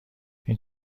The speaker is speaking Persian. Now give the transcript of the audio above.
این